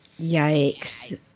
Yikes